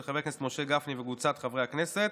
של חבר הכנסת משה גפני וקבוצת חברי הכנסת,